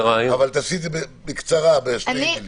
תעשי את זה בקצרה, בכמה מילים.